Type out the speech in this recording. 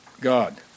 God